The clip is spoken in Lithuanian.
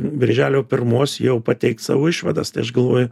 birželio pirmos jau pateiks savo išvadas tai aš galvoju